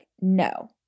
no